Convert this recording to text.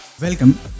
Welcome